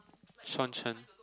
Shawn-Chen